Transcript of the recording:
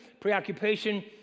preoccupation